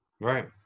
Right